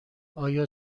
آیا